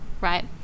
right